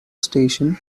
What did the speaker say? station